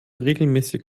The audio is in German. regelmäßig